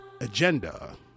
agenda